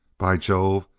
by jove,